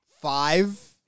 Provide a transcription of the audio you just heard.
five